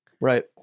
Right